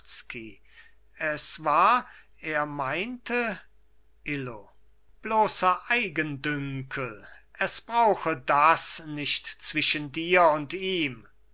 es war er meinte illo bloßer eigendünkel es brauche das nicht zwischen dir und ihm